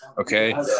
Okay